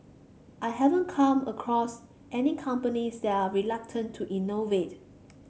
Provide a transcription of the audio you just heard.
I haven't come across any companies that are reluctant to innovate